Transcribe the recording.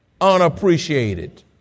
unappreciated